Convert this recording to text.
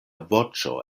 voĉo